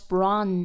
Brown